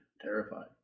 terrified